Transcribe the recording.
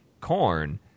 corn